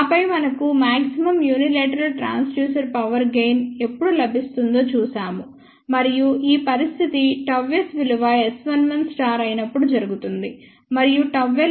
ఆపై మనకు maximum unilateral transducer power gain ఎప్పుడు లభిస్తుందో చూశాము మరియు ఈ పరిస్థితి ΓSవిలువ S11 అయినప్పుడు జరుగుతుంది మరియుΓL విలువ S22 కు సమానం